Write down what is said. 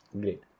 great